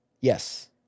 Yes